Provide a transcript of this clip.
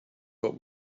but